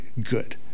good